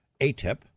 Atip